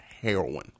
heroin